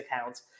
accounts